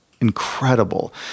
incredible